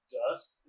dust